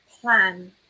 plan